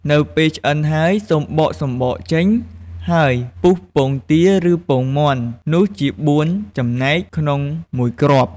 នៅពេលឆ្អិនហើយ សូមបកសំបកចេញ ហើយពុះពងទា ឬពងមាន់នោះជាបួនចំណែកក្នុងមួយគ្រាប់។